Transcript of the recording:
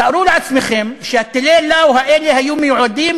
תארו לעצמכם שטילי ה"לאו" האלה היו מיועדים